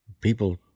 People